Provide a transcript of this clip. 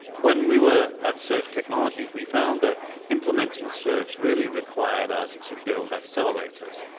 when we were at search technologies, we found that implementing search really required us to build accelerators.